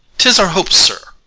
tis our hope, sir,